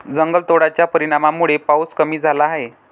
जंगलतोडाच्या परिणामामुळे पाऊस कमी झाला आहे